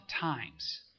times